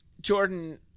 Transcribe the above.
Jordan